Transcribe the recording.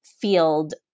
field